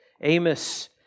Amos